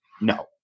no